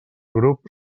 grup